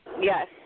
Yes